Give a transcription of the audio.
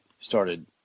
started